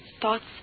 thoughts